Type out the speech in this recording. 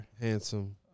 Handsome